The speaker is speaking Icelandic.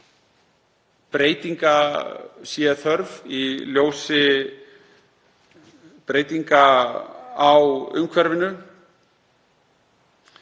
breytinga sé þörf í ljósi breytinga á umhverfinu.